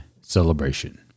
celebration